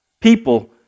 people